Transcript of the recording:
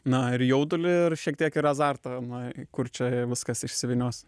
na ir jaudulį ir šiek tiek ir azartą na kur čia viskas išsivynios